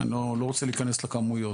ואני לא רוצה להיכנס לכמויות.